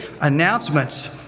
announcements